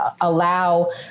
allow